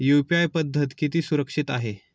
UPI पद्धत किती सुरक्षित आहे?